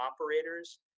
operators